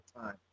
time